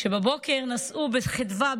שבבוקר נסעו בחדווה,